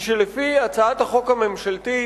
היא שלפי הצעת החוק הממשלתית,